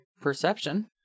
perception